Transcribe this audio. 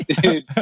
Dude